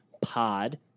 pod